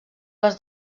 les